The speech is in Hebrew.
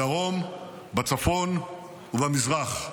בדרום, בצפון ובמזרח.